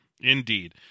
Indeed